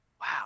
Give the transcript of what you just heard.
wow